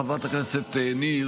חברת הכנסת ניר,